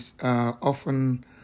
often